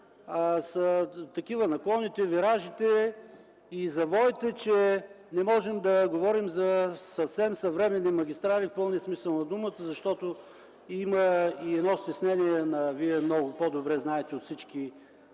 са такива наклоните, виражите и завоите, че не можем да говорим за съвсем съвременни магистрали в пълния смисъл на думата, защото – Вие много по-добре знаете от всички